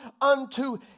unto